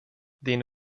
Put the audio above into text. din